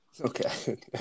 okay